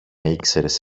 ήξερες